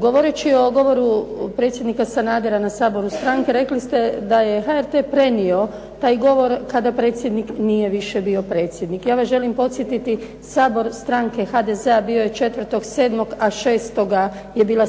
Govoreći o govoru predsjednika Sanadera na saboru stranke rekli ste da je HRT prenio taj govor kada predsjednik više nije bio predsjednik. Ja vas želim podsjetiti, sabor stranke HDZ-a bio je 4.7., a šestoga je bila